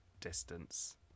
distance